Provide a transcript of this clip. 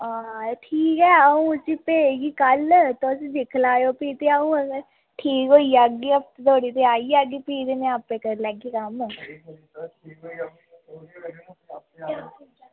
अं ठीक ऐ कल्ल भेजगी अं'ऊ तुस दिक्खी लैयो ते भी अंऊ ठीक होई जाह्गी हफ्ते धोड़ी ते भी आई जाह्गी आपें करी लैगी